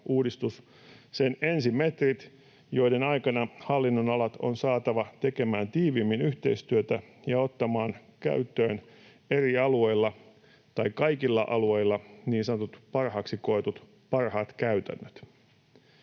uudistuksen ensimetrit, joiden aikana hallinnonalat on saatava tekemään tiiviimmin yhteistyötä ja ottamaan käyttöön kaikilla alueilla niin sanotut parhaaksi koetut, parhaat käytännöt.